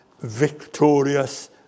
victorious